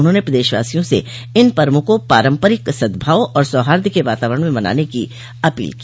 उन्होंने प्रदेशवासियों से इन पर्वो को पारम्परिक सदभाव और साहार्द के वातावरण में मनाने की अपील की